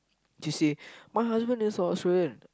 she say my husband is Australian